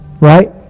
Right